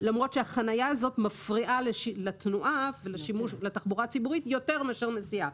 למרות שהחניה הזאת מפריעה לתנועה לתחבורה הציבורית יותר מאשר נסיעה.